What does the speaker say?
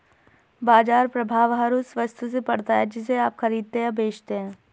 बाज़ार प्रभाव हर उस वस्तु से पड़ता है जिसे आप खरीदते या बेचते हैं